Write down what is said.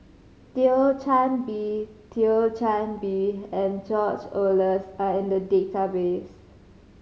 Thio Chan Bee Thio Chan Bee and George Oehlers are in the database